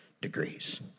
degrees